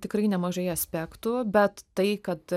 tikrai nemažai aspektų bet tai kad